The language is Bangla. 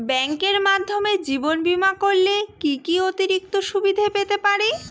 ব্যাংকের মাধ্যমে জীবন বীমা করলে কি কি অতিরিক্ত সুবিধে পেতে পারি?